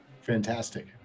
Fantastic